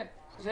כן.